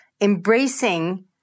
embracing